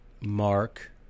mark